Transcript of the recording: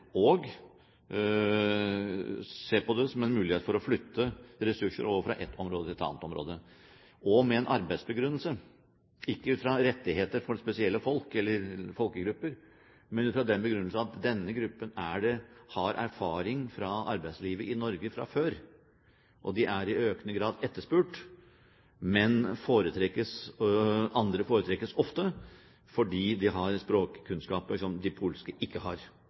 se på det som en mulighet for å flytte ressurser over fra ett område til et annet område, og med en arbeidsbegrunnelse, ikke ut fra rettigheter for spesielle folk eller folkegrupper, men ut fra den begrunnelse at denne gruppen har erfaring fra arbeidslivet i Norge fra før, og de er i økende grad etterspurt, mens andre ofte foretrekkes fordi de har språkkunnskaper som de polske ikke har.